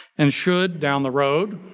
and should, down the road,